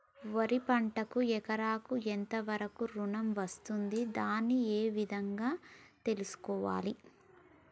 వరి పంటకు ఎకరాకు ఎంత వరకు ఋణం వస్తుంది దాన్ని ఏ విధంగా తెలుసుకోవాలి?